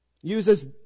uses